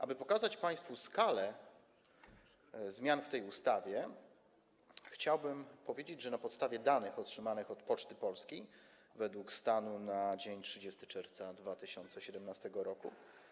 Aby pokazać państwu skalę zmian proponowanych w tej ustawie, chciałbym powiedzieć, że na podstawie danych otrzymanych od Poczty Polskiej, według stanu na dzień 30 czerwca 2017 r.